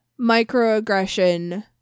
microaggression